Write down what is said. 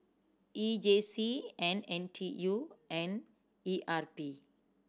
E J C and N T U and E R P